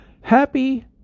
happy